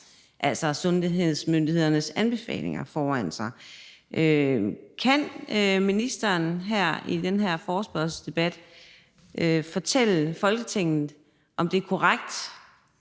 sundhedsmyndighedernes anbefalinger foran sig. Kan ministeren her i den her forespørgselsdebat fortælle Folketinget, om det er korrekt,